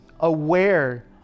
aware